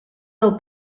del